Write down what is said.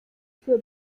für